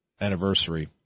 anniversary